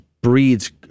breeds